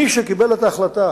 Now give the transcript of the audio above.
מי שקיבל את ההחלטה